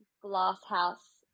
Glasshouse